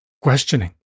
questioning